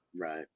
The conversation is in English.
Right